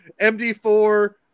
MD4